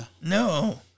No